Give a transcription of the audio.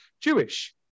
Jewish